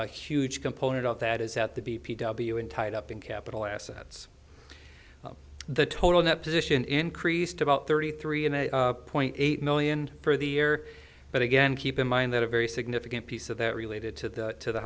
a huge component of that is that the b p w in tied up in capital assets the total net position increased about thirty three and a point eight million for the year but again keep in mind that a very significant piece of that related to the to the